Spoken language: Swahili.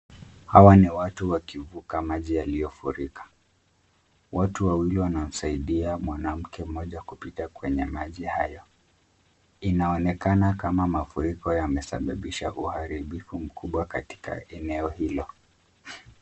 Hawa ni watu wakivuka maji yaliyofurika. Watu wawili wanamsaidia mwanamke mmoja kupita kwenye maji hayo. Inaonekana kama mafuriko yamesababisha uharibifu mkubwa katika eneo hilo.